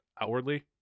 outwardly